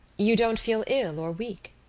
you don't feel ill or weak?